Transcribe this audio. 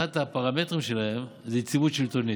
אחד הפרמטרים שלהן זה יציבות שלטונית.